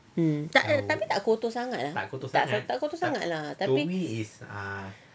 mm tak lah tapi tak kotor sangat lah tak kotor sangat lah tapi